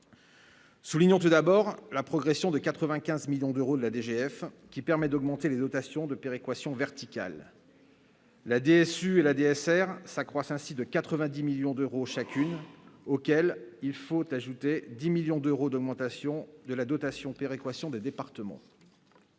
Soulignant tout d'abord, la progression de 95 millions d'euros la DGF qui permet d'augmenter les dotations de péréquation verticale. La déçu et la DSR s'accroissent ainsi de 90 millions d'euros chacune, auxquels il faut ajouter 10 millions d'euros d'augmentation de la dotation péréquation des départements.